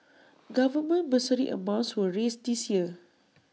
government bursary amounts were raised this year